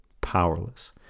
powerless